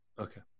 Okay